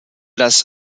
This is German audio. das